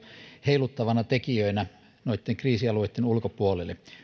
heiluttavina tekijöinä noitten kriisialueitten ulkopuolelle